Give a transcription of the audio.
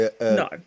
No